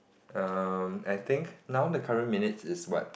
um I think now the current minute is what